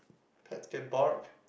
pets can bark